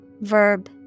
Verb